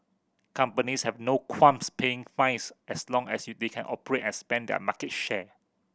companies have no qualms paying fines as long as they can operate and expand their market share